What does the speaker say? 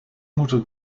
moeten